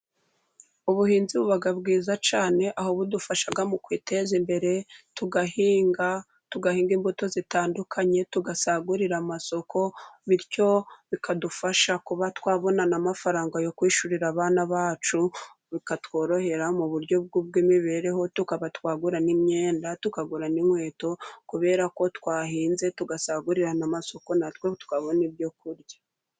Ubuhinzi buba bwiza cyane aho budufasha mu kwiteza imbere, tugahinga, tugahinga imbuto zitandukanye tugasagurira amasoko, bityo bikadufasha kuba twabona n'amafaranga yo kwishyurira abana bacu, bikatworohera mu buryo bw'imibereho, tukaba twagura n'imyenda, tukagura n' inkweto kubera ko twahinze tugasagura n'amasoko, natwe tukabona ibyo kurya.